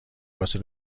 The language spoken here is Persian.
واسه